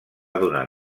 donar